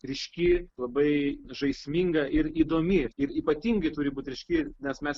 ryški labai žaisminga ir įdomi ir ypatingai turi būt ryški nes mes